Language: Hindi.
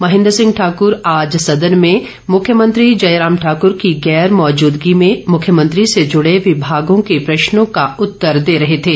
महेंद्र सिंह ठाकर आज सदन में मुख्यमंत्री जयराम ठाकर की गैर मौजदगी में मुख्यमंत्री से ँजडे विभागों के प्रश्नों का उत्तर दे रहे थे